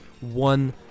one